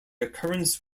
occurrence